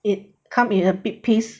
it come in a big piece